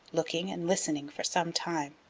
looking and listening for some time.